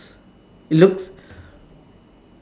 looks